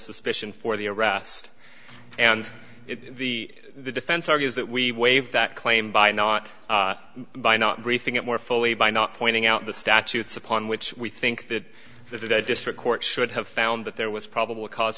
suspicion for the arrest and the defense argues that we waive that claim by not by not briefing it more fully by not pointing out the statutes upon which we think that the district court should have found that there was probable c